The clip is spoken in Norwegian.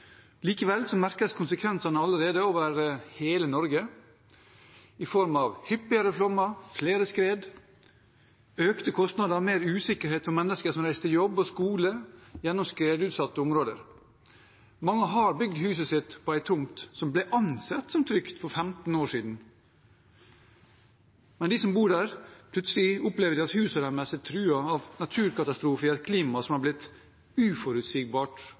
Likevel merkes konsekvensene allerede over hele Norge i form av hyppigere flommer, flere skred, økte kostnader og mer usikkerhet for mennesker som reiser til jobb og skole gjennom skredutsatte områder. Mange har bygd huset sitt på en tomt som ble ansett som trygg for 15 år siden, men de som bor der, opplever plutselig at huset deres er truet av naturkatastrofer i et klima som har blitt uforutsigbart